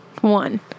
One